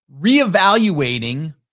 reevaluating